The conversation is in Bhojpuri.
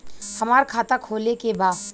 हमार खाता खोले के बा?